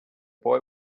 boy